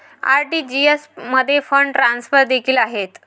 RTGS मध्ये fund transfer देखील आहेत